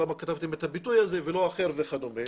למה כתבתם את הביטוי הזה ולא אחר, וכדומה?